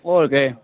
होर केह्